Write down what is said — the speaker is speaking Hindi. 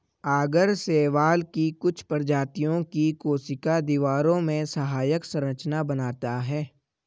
आगर शैवाल की कुछ प्रजातियों की कोशिका दीवारों में सहायक संरचना बनाता है